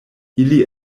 ili